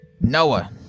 Noah